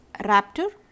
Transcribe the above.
Raptor